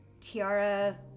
Tiara